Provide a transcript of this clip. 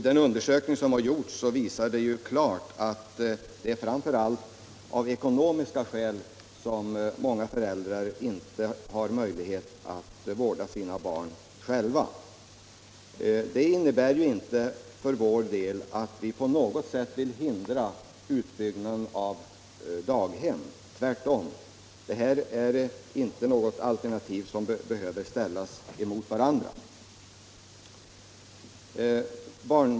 Den undersökning som har gjorts visar klart att det är framför allt av ekonomiska skäl som många föräldrar inte har möjlighet att själva vårda sina barn. Vår inställning innebär inte att vi på något sätt vill hindra utbyggnaden av daghem — tvärtom. Dessa alternativ behöver inte ställas emot varandra.